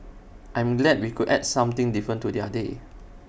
I am glad we could add something different to their day